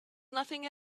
nothing